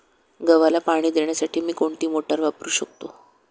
गव्हाला पाणी देण्यासाठी मी कोणती मोटार वापरू शकतो?